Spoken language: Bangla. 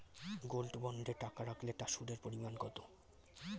গোল্ড বন্ডে টাকা রাখলে তা সুদের পরিমাণ কত?